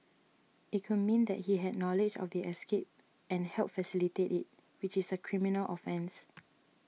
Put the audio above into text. it could mean that he had knowledge of the escape and helped facilitate it which is a criminal offence